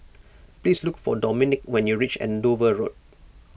please look for Dominique when you reach Andover Road